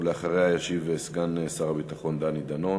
ואחריה ישיב סגן שר הביטחון דני דנון